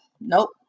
Nope